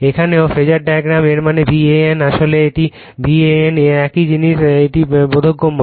এখানেও ফেজার ডায়াগ্রামে এর মানে VANআসলে এটা VAN একই জিনিস এটা বোধগম্য